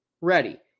ready